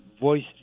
voiced